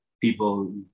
People